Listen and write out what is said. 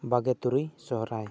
ᱵᱟᱜᱮ ᱛᱩᱨᱩᱭ ᱥᱚᱦᱨᱟᱭ